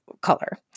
color